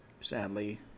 Sadly